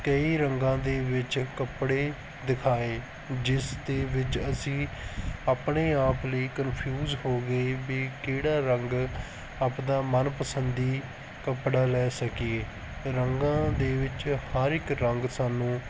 ਕਈ ਰੰਗਾਂ ਦੇ ਵਿੱਚ ਕੱਪੜੇ ਦਿਖਾਏ ਜਿਸ ਦੇ ਵਿੱਚ ਅਸੀਂ ਆਪਣੇ ਆਪ ਲਈ ਕਨਫਿਊਜ ਹੋ ਗਏ ਵੀ ਕਿਹੜਾ ਰੰਗ ਆਪਣਾ ਮਨ ਪਸੰਦੀ ਕੱਪੜਾ ਲੈ ਸਕੀਏ ਰੰਗਾਂ ਦੇ ਵਿੱਚ ਹਰ ਇੱਕ ਰੰਗ ਸਾਨੂੰ